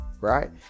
right